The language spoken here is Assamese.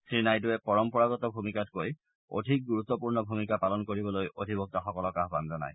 শ্ৰীনাইডুৱে পৰম্পৰাগত ভূমিকাতকৈ অধিক গুৰুত্পূৰ্ণ ভূমিকা পালন কৰিবলৈ অধিবক্তাসকলক আহান জনায়